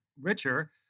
richer